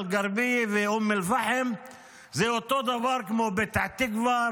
אל גרבייה ואום אל-פחם זה אותו דבר כמו פתח תקווה,